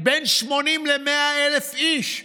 בין 80,000 ל-100,000 איש,